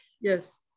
Yes